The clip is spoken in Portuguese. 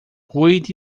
cuide